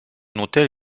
hôtel